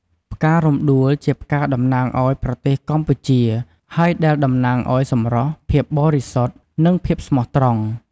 ផ្ការំដួលជាផ្កាតំណាងអោយប្រទេសកម្ពុជា ហើយដែលតំណាងឲ្យ សម្រស់ ភាពបរិសុទ្ធ និង ភាពស្មោះត្រង់។